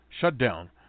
shutdown